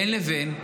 בין לבין,